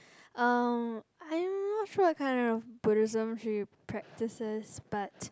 uh I'm not sure what kind of Buddhism she practices but